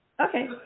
Okay